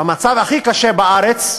במצב הכי קשה בארץ,